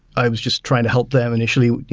i was just trying to help them initially,